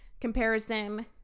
Comparison